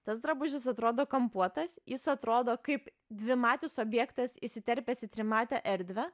tas drabužis atrodo kampuotas jis atrodo kaip dvimatis objektas įsiterpęs į trimatę erdvę